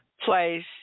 place